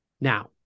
Now